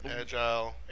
Agile